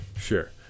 Sure